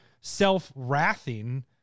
self-wrathing